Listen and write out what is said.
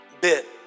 bit